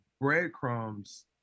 breadcrumbs